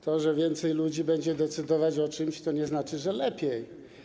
To, że więcej ludzi będzie decydować o czymś, to nie znaczy, że lepiej.